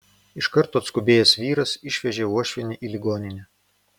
iš karto atskubėjęs vyras išvežė uošvienę į ligoninę